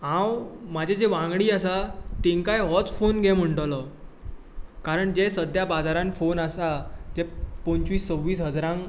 हांव म्हाजे जे वांगडी आसात तेंकांय होच फॉन घे म्हणटलो कारण जे सद्द्या बाजरांत फॉन आसात ते पंचवीस सव्वीस हजारांक